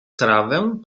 trawę